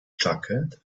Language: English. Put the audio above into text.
jacket